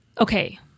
okay